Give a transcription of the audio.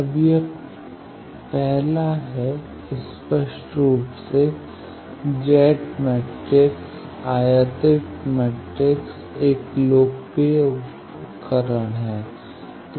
अब यह पहला है स्पष्ट रूप से Z मैट्रिक्स आयातित मैट्रिक्स एक लोकप्रिय उपकरण है